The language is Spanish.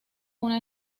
una